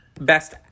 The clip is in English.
Best